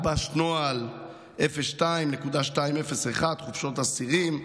גובש נוהל 02.2.01, חופשות אסירים.